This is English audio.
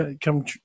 Come